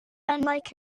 unlike